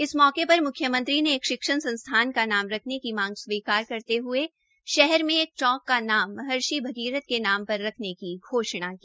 इस मौके पर म्ख्यमंत्री ने एक शिक्षण संस्थान का नाम रखने की मांग स्वीकार करते हये शहर में एक चौक का नाम महर्षि भगीरथ के नाम पर रखने की घोषणा की